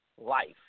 life